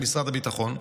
למשרד הביטחון,